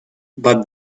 but